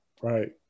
right